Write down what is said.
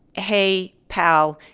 hey, pal,